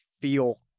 feel